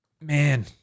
man